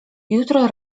jutro